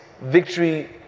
victory